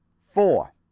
Four